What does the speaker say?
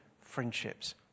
friendships